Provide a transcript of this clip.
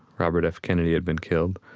robert f. kennedy had been killed.